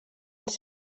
els